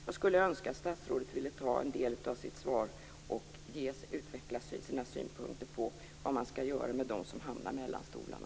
Jag skulle önska att statsrådet ville uppta en del av sitt svar med att utveckla sina synpunkter på vad man skall göra med dem som hamnar mellan stolarna.